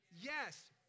Yes